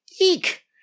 eek